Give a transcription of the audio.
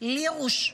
לירוש,